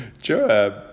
Joab